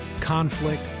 conflict